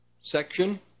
section